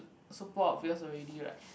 super obvious already right